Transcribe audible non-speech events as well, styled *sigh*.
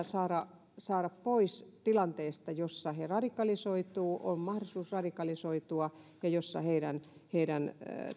*unintelligible* saada saada pois tilanteesta jossa he radikalisoituvat heillä on mahdollisuus radikalisoitua ja jossa heidän heidän